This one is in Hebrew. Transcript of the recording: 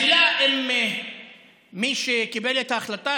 השאלה אם מי שקיבל את ההחלטה,